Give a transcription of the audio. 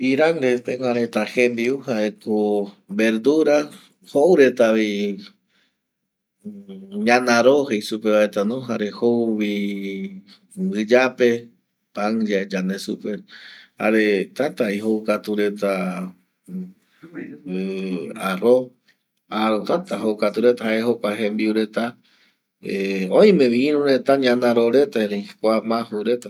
Iran pegua reta jembiu jae ñanaro, mb+yape, jare tätä vi joucatu reta aróo yae supe va, jae jocua jembio reta, oime vi iru ñanaró reta erei kua ma jou reta